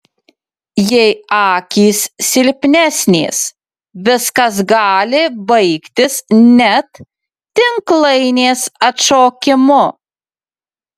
jei akys silpnesnės viskas gali baigtis net tinklainės atšokimu